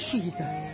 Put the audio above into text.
Jesus